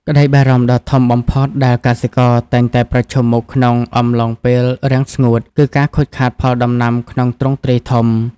ក្តីបារម្ភដ៏ធំបំផុតដែលកសិករតែងតែប្រឈមមុខក្នុងអំឡុងពេលរាំងស្ងួត គឺការខូចខាតផលដំណាំក្នុងទ្រង់ទ្រាយធំ។